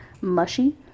Mushy